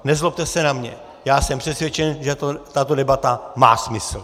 Nezlobte se na mě, já jsem přesvědčen, že tato debata má smysl.